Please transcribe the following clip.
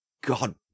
god